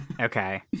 Okay